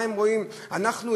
אנחנו,